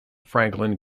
franklin